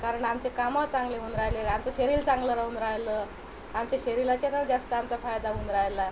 कारण आमचे कामं चांगली होऊन राहिले आमचं शरीर चांगलं राहून राहिलं आमच्या शरीराच्या जास्त आमचा फायदा होऊन राहिला